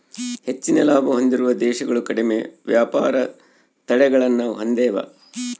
ಹೆಚ್ಚಿನ ಲಾಭ ಹೊಂದಿರುವ ದೇಶಗಳು ಕಡಿಮೆ ವ್ಯಾಪಾರ ತಡೆಗಳನ್ನ ಹೊಂದೆವ